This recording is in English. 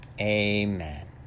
Amen